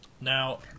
Now